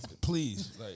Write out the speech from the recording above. please